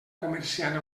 comerciant